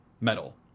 metal